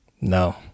no